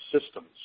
systems